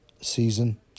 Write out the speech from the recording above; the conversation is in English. season